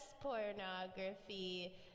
pornography